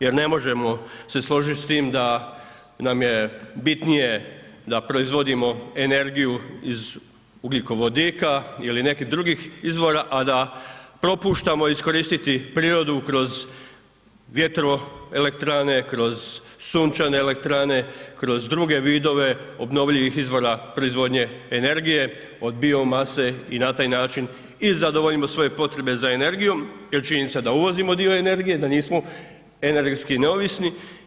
Jer ne možemo se složiti sa time da nam je bitnije da proizvodimo energiju iz ugljikovodika ili nekih drugih izvora a da propuštamo iskoristiti prirodu kroz vjetroelektrane, kroz sunčane elektrane, kroz druge vidove obnovljivih izvora proizvodnje energije od biomase i na taj način i zadovoljimo svoje potrebe za energijom jer čini se da uvozimo dio energije, da nismo energetski neovisni.